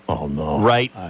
right